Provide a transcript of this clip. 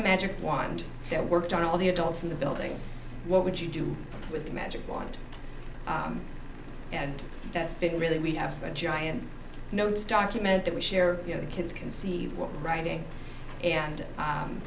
a magic wand that worked on all the adults in the building what would you do with the magic wand and that's been really we have a giant notes document that we share you know the kids can see writing and